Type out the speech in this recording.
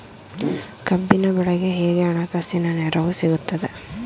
ಕಬ್ಬಿನ ಬೆಳೆಗೆ ಹೇಗೆ ಹಣಕಾಸಿನ ನೆರವು ಸಿಗುತ್ತದೆ?